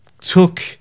took